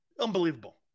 Unbelievable